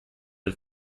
was